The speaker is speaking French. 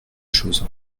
chose